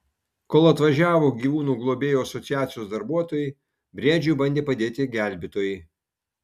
kol atvažiavo gyvūnų globėjų asociacijos darbuotojai briedžiui bandė padėti gelbėtojai